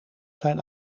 zijn